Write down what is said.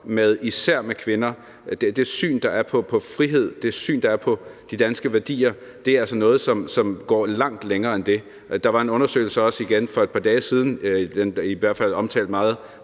især med kvinder, og det syn, der er på frihed, det syn, der er på de danske værdier, er altså noget, som går langt længere end det. Der var for et par dage siden en undersøgelse, som i hvert fald blev omtalt meget,